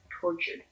tortured